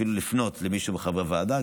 אפילו לפנות למישהו מחברי הוועדה,